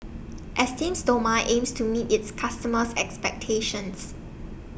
Esteem Stoma aims to meet its customers' expectations